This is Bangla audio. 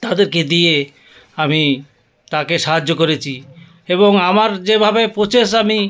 তাদেরকে দিয়ে আমি তাকে সাহায্য করেছি এবং আমার যেভাবে পোচেস আমি